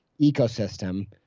ecosystem